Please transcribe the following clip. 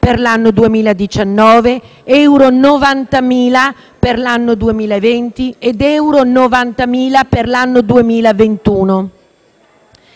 euro 90.000 per l'anno 2020 ed euro 90.000 per l'anno 2021.